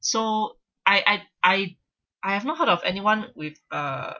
so I I I I have not heard of anyone with a